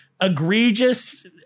egregious